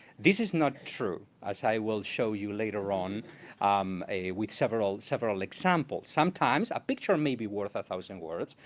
this is not true, as i will show you later on um with several several examples. sometimes a picture may be worth a thousand words,